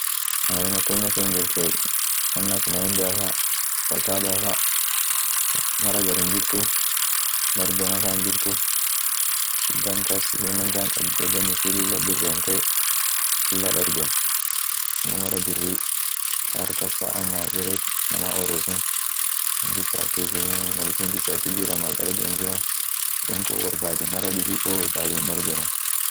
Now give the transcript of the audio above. Ahey matundan sun hinjirtiey, won ak maembea fa, ovakadoa fa, mar hagar hinjirtu, mar bona fa hinjirtu, ishi gan kas ishinen gan kabdiey gan ishin lilla biromte, lilla dargen, amo mara birri, kaar kas fa ama bare, inama oret sun, himbichatu ishinii mal ishin bichaatit jira, mal dargen jirra, yonkun woborbaden mara dibi woborbaden hindargenu.